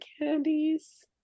candies